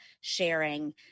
sharing